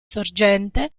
sorgente